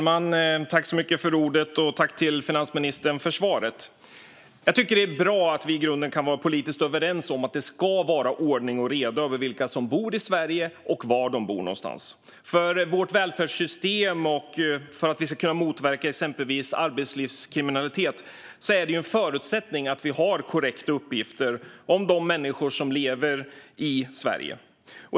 Herr talman! Tack, finansministern, för svaret! Jag tycker att det är bra att vi i grunden kan vara politiskt överens om att det ska vara ordning och reda när det gäller vilka som bor i Sverige och var de bor någonstans. För vårt välfärdssystem och för att vi ska kunna motverka exempelvis arbetslivskriminalitet är det en förutsättning att vi har korrekta uppgifter om de människor som lever i Sverige.